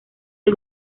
del